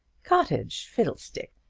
cottage! fiddlestick!